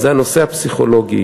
זה הנושא הפסיכולוגי.